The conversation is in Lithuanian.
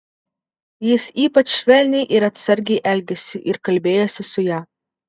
jis ypač švelniai ir atsargiai elgėsi ir kalbėjosi su ja